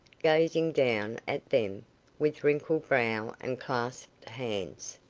gazing down at them with wrinkled brow and clasped hands.